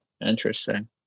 Interesting